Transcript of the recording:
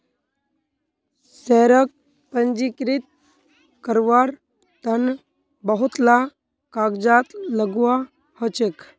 शेयरक पंजीकृत कारवार तन बहुत ला कागजात लगव्वा ह छेक